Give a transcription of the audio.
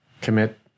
commit